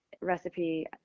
recipe